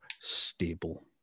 stable